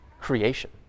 creation